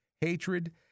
hatred